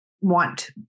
want